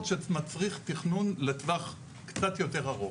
שמצריך תכנון לטווח קצת יותר ארוך,